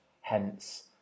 hence